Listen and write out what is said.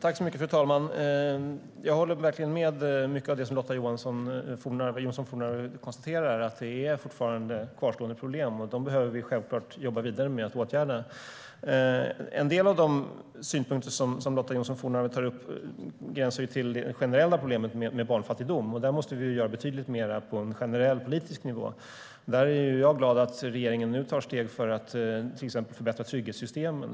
Fru talman! Jag håller verkligen med om mycket av det som Lotta Johnsson Fornarve konstaterar, nämligen att det fortfarande finns kvarstående problem. Dessa problem behöver vi självklart jobba vidare med att lösa. En del av de synpunkter som Lotta Johnsson Fornarve tar upp gränsar till det generella problemet med barnfattigdom. Där måste vi göra betydligt mer på en generell politisk nivå. Där är jag glad att regeringen nu tar steg för att till exempel förbättra trygghetssystemen.